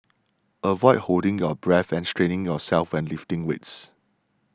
avoid holding your breath and straining yourself when lifting weights